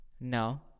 No